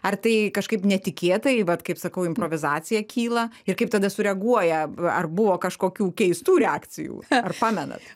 ar tai kažkaip netikėtai vat kaip sakau improvizacija kyla ir kaip tada sureaguoja ar buvo kažkokių keistų reakcijų ar pamenat